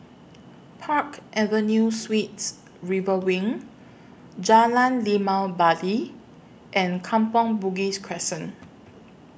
Park Avenue Sweets River Wing Jalan Limau Bali and Kampong Bugis Crescent